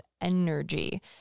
energy